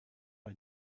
bei